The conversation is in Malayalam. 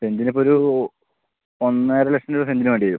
സെൻറിനിപ്പോൾ ഒരു ഒന്നരലക്ഷം രൂപ സെൻറിനു വേണ്ടിവരും